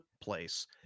place